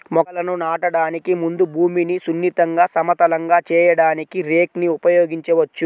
మొక్కలను నాటడానికి ముందు భూమిని సున్నితంగా, సమతలంగా చేయడానికి రేక్ ని ఉపయోగించవచ్చు